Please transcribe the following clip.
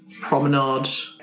promenade